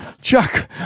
Chuck